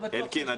אלקין,